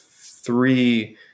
three